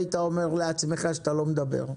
היית אומר לעצמך שאתה לא מדבר.